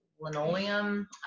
linoleum